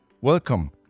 Welcome